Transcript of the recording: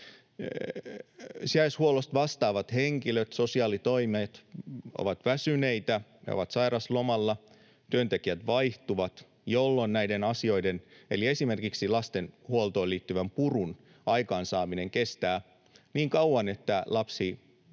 sijaishuollosta vastaavat henkilöt sosiaalitoimessa ovat väsyneitä. He ovat sairaslomalla, työntekijät vaihtuvat, jolloin näiden asioiden eli esimerkiksi lastenhuoltoon liittyvän purun aikaansaaminen kestää niin kauan, että lapsi todella